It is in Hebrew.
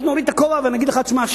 אז נוריד את הכובע ונגיד לך: תשמע,